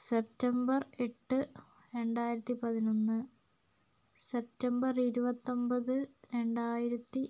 September എട്ട് രണ്ടായിരത്തി പതിനൊന്ന് സെപ്റ്റംബർ ഇരുപത്തൊൻപത് രണ്ടായിരത്തി